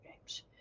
games